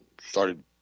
started